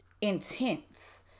intense